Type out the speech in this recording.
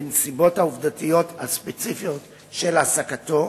בנסיבות העובדתיות הספציפיות של העסקתו,